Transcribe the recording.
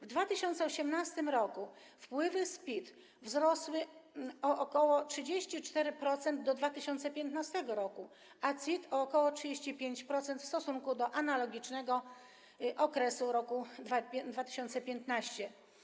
W 2018 r. wpływy z PIT wzrosły o ok. 34% w porównaniu z 2015 r., a CIT - o ok. 35% w stosunku do analogicznego okresu roku 2015.